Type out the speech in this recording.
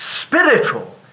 spiritual